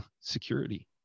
security